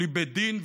בלי בית דין,